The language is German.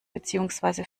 beziehungsweise